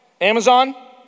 Amazon